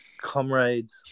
comrades